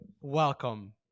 Welcome